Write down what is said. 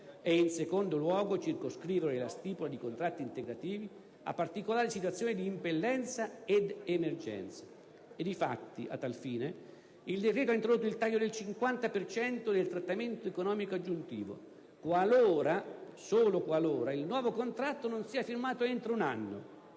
e, in secondo luogo, circoscrivere la stipula di contratti integrativi a particolari situazioni di impellenza ed emergenza. E difatti, a tal fine, il decreto ha introdotto il taglio del 50 per cento del trattamento economico aggiuntivo, qualora - solo qualora - il nuovo contratto non sia firmato entro un anno.